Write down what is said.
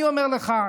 אני אומר לך,